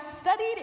studied